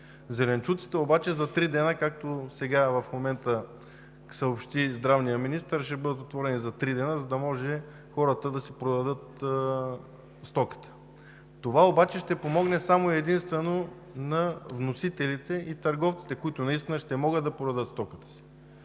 Пазарите обаче, както сега в момента съобщи здравният министър, ще бъдат отворени за три дни, за да може хората да си продадат стоката. Това обаче ще помогне само и единствено на вносителите и търговците, които наистина ще могат да продадат стоката си.